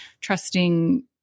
trusting